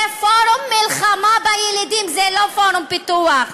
זה פורום מלחמה בילידים, זה לא פורום פיתוח.